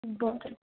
बरें